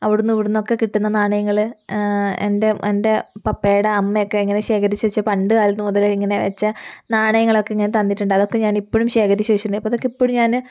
അവിടുന്നും ഇവിടുന്നും ഒക്കെ കിട്ടുന്ന നാണയങ്ങള് എന്റെ എന്റെ പപ്പയുടെ അമ്മയൊക്കെ ഇങ്ങനെ ശേഖരിച്ചുവെച്ച് പണ്ടുകാലം മുതലേ ഇങ്ങനെ വെച്ച നാണയങ്ങളൊക്കെ ഇങ്ങനെ തന്നിട്ടുണ്ട് അതൊക്കെ ഞാൻ ഇപ്പോഴും ശേഖരിച്ചു വച്ചിട്ടുണ്ട് അതൊക്കെ ഇപ്പോഴും ഞാന്